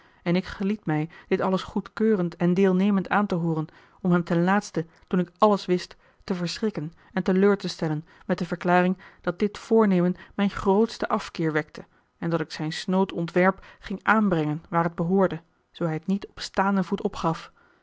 en ik geliet mij dit alles goedkeurend en deelnemend aan te hooren om hem ten laatste toen ik alles wist te verschrikken en te leur te stellen met de verklaring dat dit voornemen mijn grootsten afkeer wekte en dat ik zijn snood ontwerp ging aanbrengen waar het behoorde zoo hij het niet op staanden voet opgaf